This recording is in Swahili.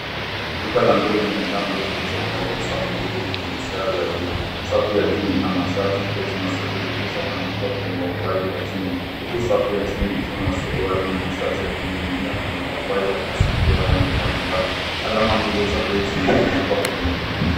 Duka la nguo limejaa nguo zilizopangwa kwa safu mbili kwenye mistari ya wima. Safu ya juu ina mashati, koti, na sweater zilizoagikwa kwenye wavai wa chuma, huku safu ya chini ikiwa na suruali na shati yakining'inia kwenye wavai wa plastiki wa rangi mbalimbali. Alama mbili za bei zimezungukwa kwenye ukuta.